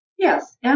Yes